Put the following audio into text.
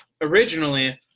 originally